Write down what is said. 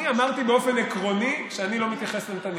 אני אמרתי באופן עקרוני שאני לא מתייחס לנתניהו.